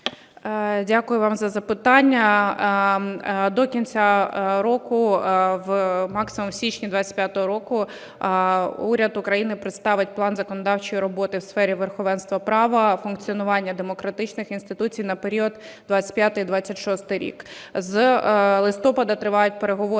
Дякую вам за запитання. До кінця року, максимум у січні 25-го року, уряд України представить план законодавчої роботи в сфері верховенства права, функціонування демократичних інституцій на період 25-26 рік.